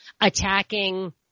attacking